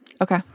Okay